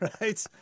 Right